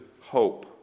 hope